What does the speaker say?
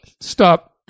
Stop